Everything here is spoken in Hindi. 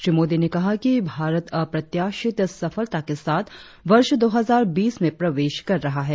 श्री मोदी ने कहा कि भारत अप्रत्याशित सफलता के साथ वर्ष दो हजार बीस में प्रवेश कर रहा है